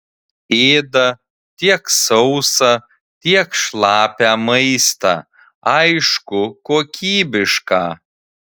ėda tiek sausą tiek šlapią maistą aišku kokybišką